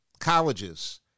colleges